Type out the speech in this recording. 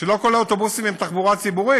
שלא כל האוטובוסים הם תחבורה ציבורית.